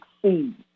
succeed